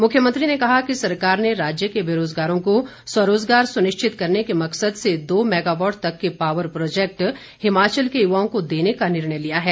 मुख्यमंत्री ने कहा कि सरकार ने राज्य के बेरोजगारों को स्वरोजगार सुनिश्चत करने के मकसद से दो मेगावाट तक के पावर प्रोजेक्ट हिमाचल के युवाओं को देने का निर्णय लिया है